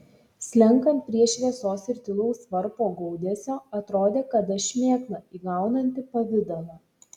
slenkant prie šviesos ir tylaus varpo gaudesio atrodė kad aš šmėkla įgaunanti pavidalą